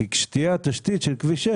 כי כשתהיה התשתית של כביש 6,